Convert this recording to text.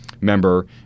member